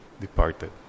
departed